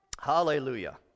hallelujah